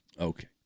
Okay